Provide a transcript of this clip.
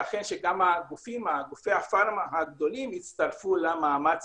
ייתכן שגם גופי הפארמה הגדולים יצטרפו למאמץ